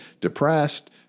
depressed